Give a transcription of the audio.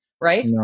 right